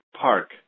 park